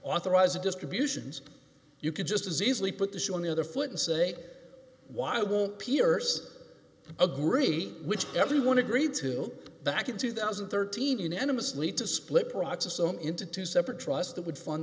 authorize a distribution's you could just as easily put the shoe on the other foot and say why won't peirce agree which everyone agreed to back in two thousand and thirteen unanimously to split borat's assume into two separate trust that would fund